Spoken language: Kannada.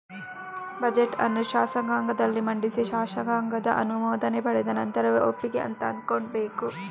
ಬಜೆಟ್ ಅನ್ನು ಶಾಸಕಾಂಗದಲ್ಲಿ ಮಂಡಿಸಿ ಶಾಸಕಾಂಗದ ಅನುಮೋದನೆ ಪಡೆದ ನಂತರವೇ ಒಪ್ಪಿಗೆ ಅಂತ ಅಂದ್ಕೋಬೇಕು